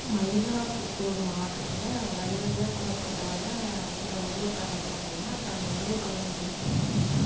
மயிலாதுத்தூர் மாவட்டத்தில் வழி வழியாக கூறப்பட்ட வர சில உள்ளூர் கதைகள் அப்படினா இப்போ நம்ப உள்ளூர் கதை அப்டின்னு சொல்லி பார்த்தம்னா